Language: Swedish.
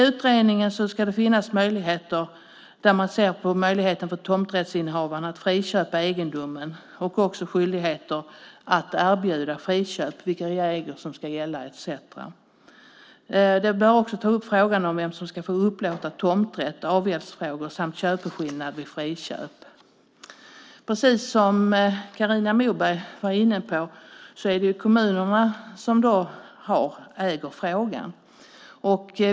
Utredningen ska titta på möjligheten för tomträttsinnehavare att friköpa egendomen, om det ska finnas skyldighet att erbjuda friköp, vilka regler som ska gälla etcetera. Den bör också ta upp frågan om vem som ska upplåta tomträtt, avgäldsfrågor och köpeskilling vid friköp. Precis som Carina Moberg var inne på är det kommunerna som äger frågan.